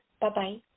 bye-bye